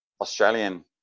Australian